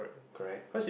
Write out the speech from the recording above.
correct